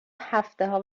هفتهها